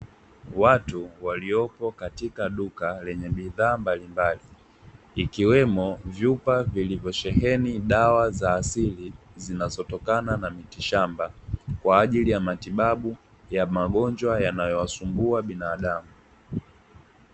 Watu waliopo katika duka lenye bidhaa mbalimbali, ikiwemo vyupa vilivyosheheni dawa za asili, zinazotokana na miti shamba, kwa ajili ya matibabu ya magonjwa yanayowasumbia binadamu.